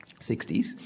60s